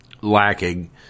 lacking